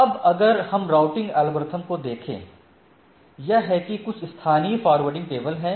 अब अगर हम राउटिंग एल्गोरिदम को देखें यह है कि कुछ स्थानीय फ़ॉरवर्डिंग टेबल हैं